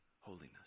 Holiness